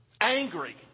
angry